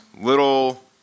little